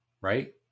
right